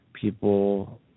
people